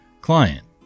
Client